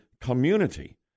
community